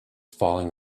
falling